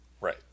Right